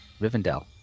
Rivendell